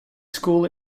school